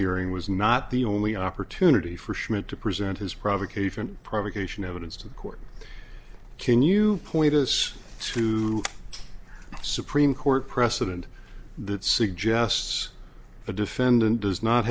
hearing was not the only opportunity for schmidt to present his provocation provocation evidence to the court can you point us to supreme court precedent that suggests the defendant does not